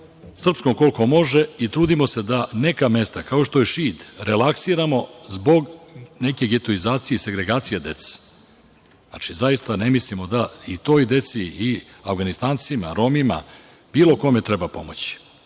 srpskom koliko može i trudimo se da neka mesta, kao što je Šid, relaksiramo zbog nekih getoizacije i sagregacije dece. Znači, zaista ne mislimo da i toj deci i Avganistancima i Romima, bilo kome, treba pomoći.